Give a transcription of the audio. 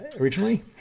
originally